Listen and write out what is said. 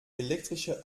elektrische